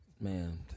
Man